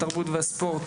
התרבות והספורט,